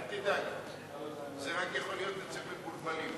אל תדאג, זה רק יכול להיות אצל מבולבלים.